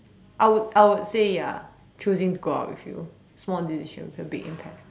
I would I would say ya choosing to go out with you small decision with a big impact